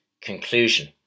conclusion